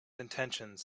intentions